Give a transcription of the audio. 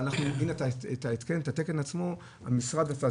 את התקן עצמו המשרד עשה,